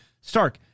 Stark